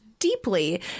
Deeply